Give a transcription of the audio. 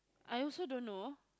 I also don't know